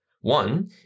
One